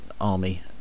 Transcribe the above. army